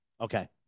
Okay